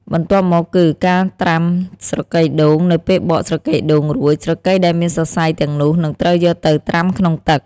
បន្ទាប់់មកគឺ ការត្រាំស្រកីដូងនៅពេលបកស្រកីដូងរួច ស្រកីដែលមានសរសៃទាំងនោះនឹងត្រូវយកទៅ ត្រាំក្នុងទឹក។